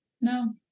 No